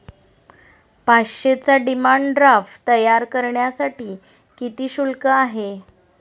पाचशेचा demand draft तयार करण्यासाठी किती शुल्क आहे?